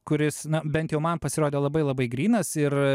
kuris na bent jau man pasirodė labai labai grynas ir